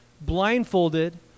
blindfolded